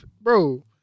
bro